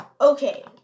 okay